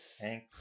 Thank